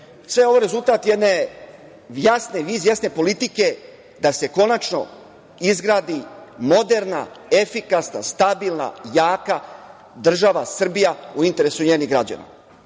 ovo rezultat je jedne jasne politike da se konačno izgradi moderna, efikasna, stabilna, jaka država Srbija u interesu njenih građana.